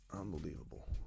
Unbelievable